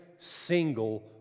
single